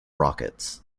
rockets